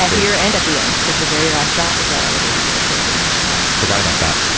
ah here. and at the end, because the very last shot is that elevator door closing as well. forgot about that.